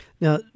Now